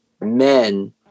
men